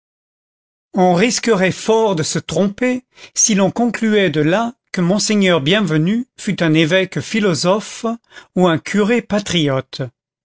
on risquerait fort de se tromper si l'on concluait de là que monseigneur bienvenu fût un évêque philosophe ou un curé patriote